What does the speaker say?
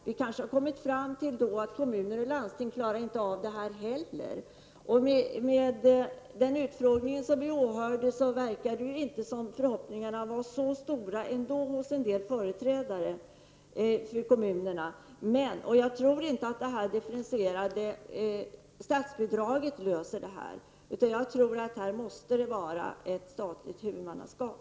Vi har kanske då kommit fram till att kommuner och landsting inte klarar heller denna uppgift. Vid den utfrågning som vi har åhört verkade det som om en del företrädare för kommunerna inte hade så stora förhoppningar. Jag tror inte att det differentierade statsbidraget löser problemen på det här området. Vi måste här ha ett statligt huvudmannaskap.